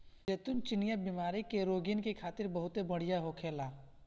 जैतून चिनिया बीमारी के रोगीन खातिर बहुते बढ़िया होखेला